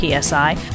PSI